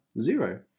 zero